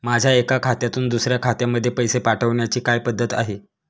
माझ्या एका खात्यातून दुसऱ्या खात्यामध्ये पैसे पाठवण्याची काय पद्धत आहे?